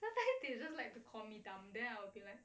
sometimes they just like to call me dumb then I'll be like